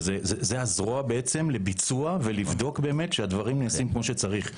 וזו הזרוע לביצוע ולבדוק שהדברים נעשים כמו שצריך.